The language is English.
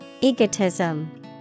Egotism